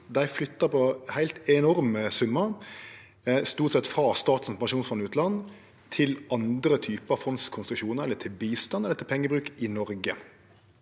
dei flyttar på heilt enorme summar, stort sett frå Statens pensjonsfond utland, til andre typar fondskonstruksjonar eller til bistand eller til pengebruk i Noreg.